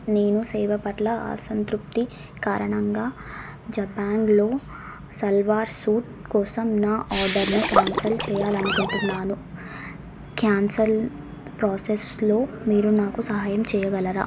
నేను సేవ పట్ల అసంతృప్తి కారణంగా జబాంగ్లో సల్వార్ సూట్ కోసం నా ఆర్డర్ను క్యాన్సల్ చేయాలని అనుకుంటున్నాను క్యాన్సల్ ప్రాసెస్లో మీరు నాకు సహాయం చేయగలరా